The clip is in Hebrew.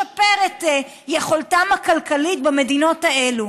לשפר את יכולתם הכלכלית במדינות האלה.